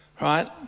right